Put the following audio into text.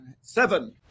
seven